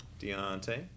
Deontay